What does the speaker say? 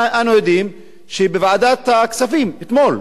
אנו יודעים שבוועדת הכספים אתמול,